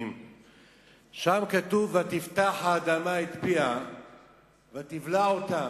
שם כתוב: ותפתח האדמה את פיה ותבלע אותם.